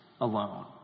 alone